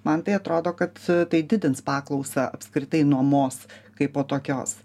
man tai atrodo kad tai didins paklausą apskritai nuomos kaipo tokios